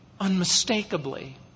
unmistakably